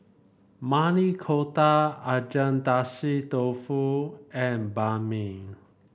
Maili Kofta Agedashi Dofu and Banh Mi